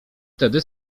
tedy